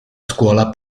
scuola